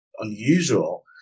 unusual